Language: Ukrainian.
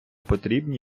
потрібні